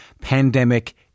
pandemic